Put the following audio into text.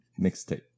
mixtape